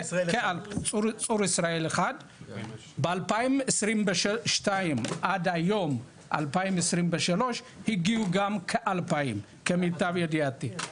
צור ישראל 1. ב-2022 עד היום 2023 הגיעו גם כ-2200 למיטב ידיעתי.